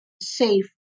safe